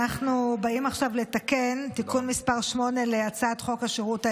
אנחנו באים עכשיו לתקן תיקון מס' 5 להצעת חוק השירות האזרחי.